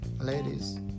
Ladies